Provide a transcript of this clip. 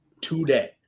today